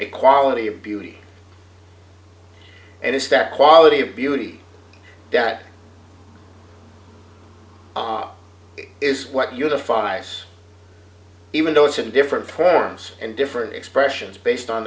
a quality of beauty and it's that quality of beauty that is what unifies even though it's in different forms and different expressions based on